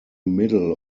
middle